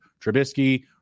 Trubisky